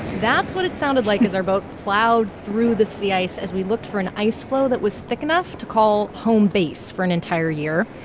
that's what it sounded like as our boat plowed through the sea ice as we looked for an ice floe that was thick enough to call home base for an entire year.